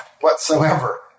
whatsoever